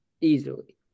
easily